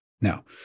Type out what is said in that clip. Now